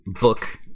book